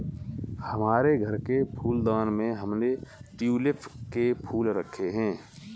हमारे घर के फूलदान में हमने ट्यूलिप के फूल रखे हैं